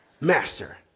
Master